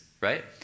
right